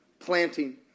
planting